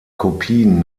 kopien